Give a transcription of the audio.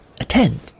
attend